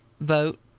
vote